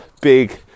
big